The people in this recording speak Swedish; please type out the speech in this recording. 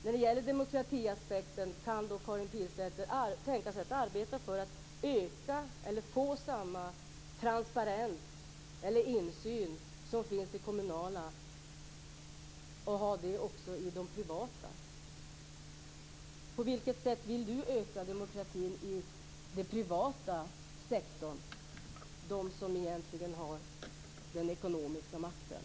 När det gäller demokratiaspekten, kan Karin Pilsäter då tänka sig att arbeta för att få samma transparens eller insyn i de privata företagen som finns i kommunala företag? På vilket sätt vill Karin Pilsäter öka demokratin i den privata sektorn, som egentligen har den ekonomiska makten?